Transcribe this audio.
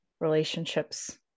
relationships